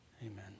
Amen